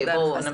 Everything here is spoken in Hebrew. בונו נמשיך.